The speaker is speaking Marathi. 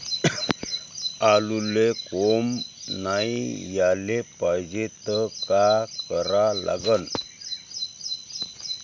आलूले कोंब नाई याले पायजे त का करा लागन?